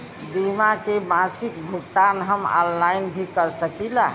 बीमा के मासिक भुगतान हम ऑनलाइन भी कर सकीला?